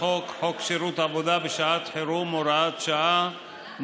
חוק שירות עבודה בשעת חירום (הוראת שעה,